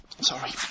Sorry